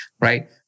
right